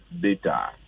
data